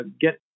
get